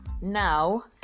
Now